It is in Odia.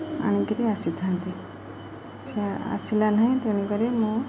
ଆଣିକିରି ଆସିଥାନ୍ତି ସେ ଆସିଲା ନାହିଁ ତେଣୁକରି ମୁଁ